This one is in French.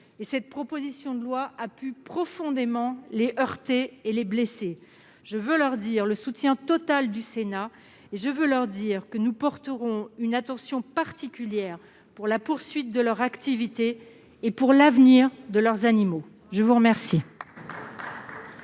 et cette proposition de loi a pu profondément les heurter et les blesser. Je veux leur dire le soutien total du Sénat. Nous porterons une attention particulière à la poursuite de leur activité et à l'avenir de leurs animaux. Mes chers